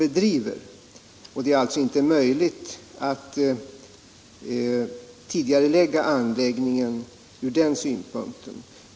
Det är med hänsyn till detta inte möjligt att tidigarelägga projektet.